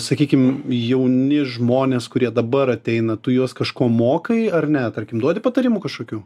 sakykim jauni žmonės kurie dabar ateina tu juos kažko mokai ar ne tarkim duodi patarimų kažkokių